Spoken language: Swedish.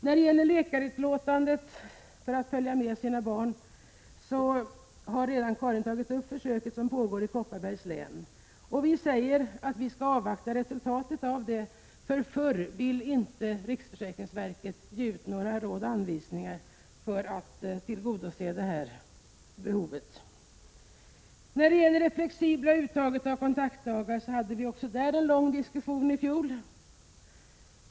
När det gäller läkarutlåtandet i det fall man följer med sina barn, har Karin Israelsson redan nämnt försöket i Kopparbergs län. Vi vill avvakta och se resultatet av detta försök. Förr vill inte riksförsäkringsverket ge ut några råd och anvisningar för att tillgodose detta behov. I fråga om det flexibla uttaget av kontaktdagar hade vi också på den punkten en lång diskussion i fjol.